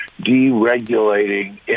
deregulating